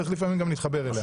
צריך לפעמים גם להתחבר אליה.